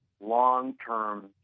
long-term